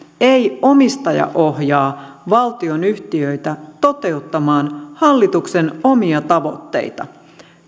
ei omistajaohjaa valtionyhtiöitä toteuttamaan hallituksen omia tavoitteita